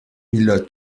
mille